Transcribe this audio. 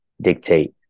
dictate